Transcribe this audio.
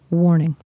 Warning